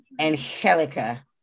Angelica